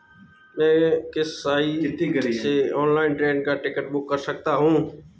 मैं किस साइट से ऑनलाइन ट्रेन का टिकट बुक कर सकता हूँ?